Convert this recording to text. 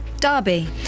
Derby